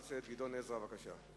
חבר הכנסת גדעון עזרא, בבקשה.